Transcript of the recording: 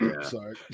Sorry